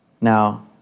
Now